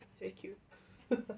it's very cute